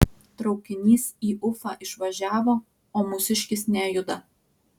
traukinys į ufą išvažiavo o mūsiškis nejuda